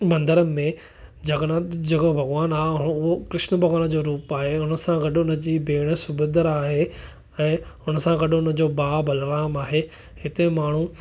मंदरनि में जगन्नाथ जेको भॻवानु आहे उहो कृष्ण भॻवान जो रूपु आहे हुन सां गॾु हुन जी भेण सुभिद्रा आहे ऐं हुन सां गॾु हुन जो भाउ बलराम आहे हिते माण्हू